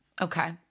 Okay